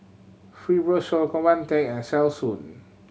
Fibrosol Convatec and Selsun